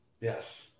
Yes